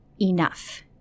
enough